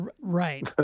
Right